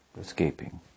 escaping